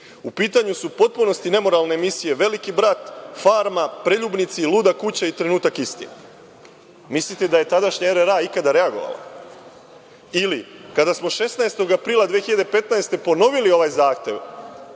U pitanju su u potpunosti nemoralne emisije „Veliki brat“, „Farma“, „Preljubnici“, „Luda kuća“ i „Trenutak istine“. Mislite da je tadašnji RRA ikada reagovao. Ili kada smo 16. aprila 2015. godine ponovili ovaj zahtev